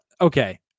okay